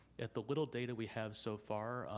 at the little data we have so far,